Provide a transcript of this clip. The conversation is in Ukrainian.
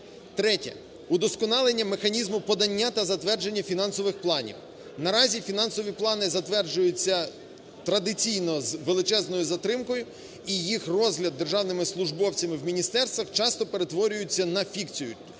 Третє. Удосконалення механізму подання та затвердження фінансових планів. Наразі фінансові плани затверджуються традиційно з величезною затримкою, і їх розгляд державними службовцями в міністерствах часто перетворюються на фікцію.